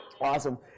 Awesome